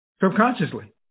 subconsciously